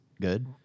good